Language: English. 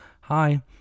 hi